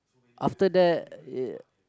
after that eh